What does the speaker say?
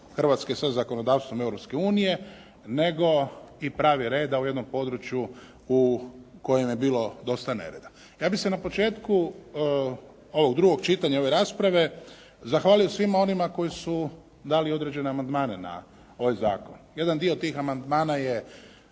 Hrvatske sa zakonodavstvom Europske unije, nego i pravi reda u jednom području u kojem je bilo dosta nereda. Ja bih se na početku ovog drugog čitanja, ove rasprave zahvalio svima onima koji su određene amandmane na ovaj zakon. Jedan dio tih amandmana je